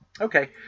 okay